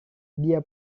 dia